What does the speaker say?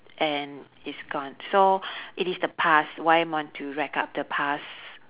and it's gone so it is the past why must you rack up the past